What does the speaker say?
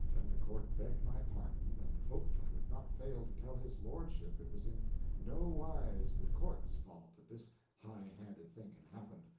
then the court begged my pardon, and hoped i would not fail to tell his lordship it was in no wise the court's fault that this high-handed thing had happened.